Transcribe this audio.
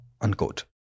Unquote